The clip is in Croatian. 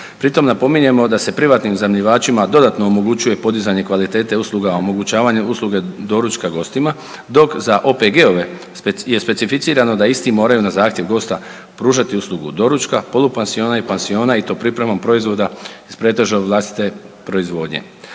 Pri tom napominjemo da se privatnim iznajmljivačima dodatno omogućuje podizanje kvalitete usluga, omogućavanje usluge doručka gostima dok za OPG-ove je specificirano da isti moraju na zahtjev gosta pružati uslugu doručka, polupansiona i pansiona i to pripremom proizvoda iz pretežno vlastite proizvodnje.